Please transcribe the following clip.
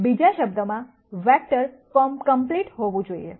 બીજા શબ્દોમાં vector complete હોવું જોઈએ